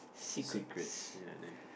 secrets ya there you go